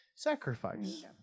sacrifice